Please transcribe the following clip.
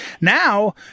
Now